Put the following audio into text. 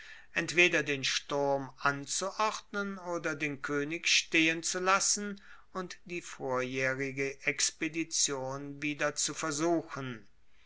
entweder den sturm anzuordnen oder den koenig stehenzulassen und die vorjaehrige expedition wieder zu versuchen